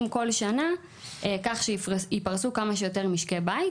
כל שנה כך שיפרסו כמה שיותר משקי בית,